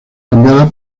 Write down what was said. cambiada